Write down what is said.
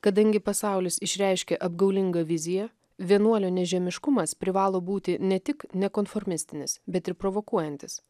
kadangi pasaulis išreiškia apgaulingą viziją vienuolio nežemiškumas privalo būti ne tik nekonformistinis bet ir provokuojantis